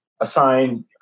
assign